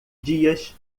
dias